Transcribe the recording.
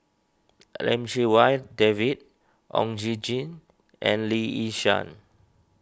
Lim Chee Wai David Oon Jin Gee and Lee Yi Shyan